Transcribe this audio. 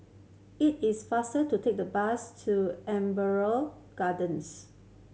it is faster to take the bus to Amber Gardens